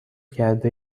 کرده